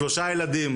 שלושה ילדים,